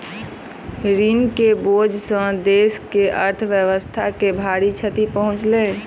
ऋण के बोझ सॅ देस के अर्थव्यवस्था के भारी क्षति पहुँचलै